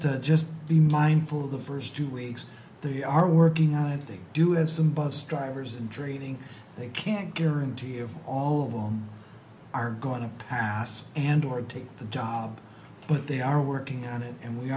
to just be mindful of the first two weeks they are working on it they do have some bus drivers and dreaming they can't guarantee if all of them are going to pass and or take the job but they are working on it and we